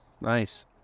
nice